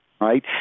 Right